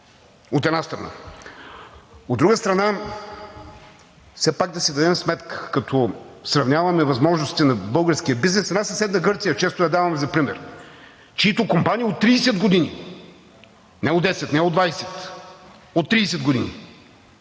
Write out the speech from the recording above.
от една страна. От друга страна, все пак да си дадем сметка като сравняваме възможностите на българския бизнес с една съседна Гърция, често я даваме за пример, чиито компании от 30 години – не от 10, не от 20, а от 30 години